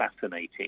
fascinating